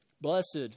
Blessed